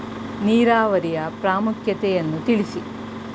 ನೀರಾವರಿಯ ಪ್ರಾಮುಖ್ಯತೆ ಯನ್ನು ತಿಳಿಸಿ?